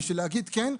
כדי להגיד כן?